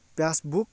pass book